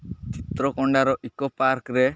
ଚିତ୍ରକୁଣ୍ଡାର eco ପାର୍କ୍ରେ